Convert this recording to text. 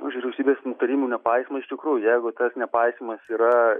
už vyriausybės nutarimų nepaisymą iš tikrųjų jeigu tas nepaisymas yra